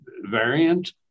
variant